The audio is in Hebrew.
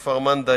כפר-מנדא,